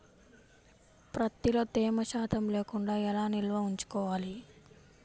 ప్రత్తిలో తేమ శాతం లేకుండా ఎలా నిల్వ ఉంచుకోవాలి?